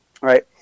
Right